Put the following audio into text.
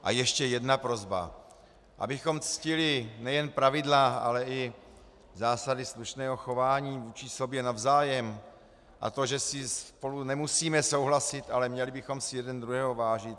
A ještě jedna prosba, abychom ctili nejen pravidla, ale i zásady slušného chování vůči sobě navzájem a to, že spolu nemusíme souhlasit, ale měli bychom si jeden druhého vážit.